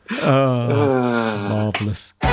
Marvelous